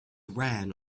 ran